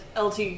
LT